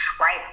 right